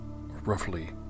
roughly